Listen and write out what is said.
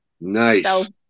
Nice